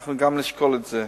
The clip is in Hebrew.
אנחנו נשקול גם את זה.